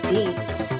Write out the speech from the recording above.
Beats